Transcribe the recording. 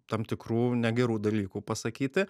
tam tikrų negerų dalykų pasakyti